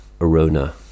Arona